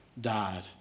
died